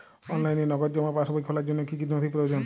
অনলাইনে নগদ জমা পাসবই খোলার জন্য কী কী নথি প্রয়োজন?